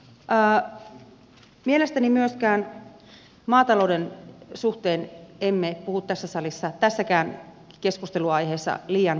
mielestäni myöskään maatalouden suhteen emme puhu tässä salissa tässäkään keskusteluaiheessa liian vähän